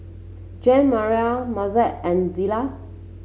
Jeanmarie Mazie and Zela